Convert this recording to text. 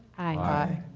aye.